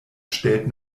stellt